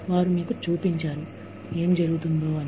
వారు మీకు చూపించారు ఏమి జరుగుతోంది అని